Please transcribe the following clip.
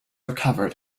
recovered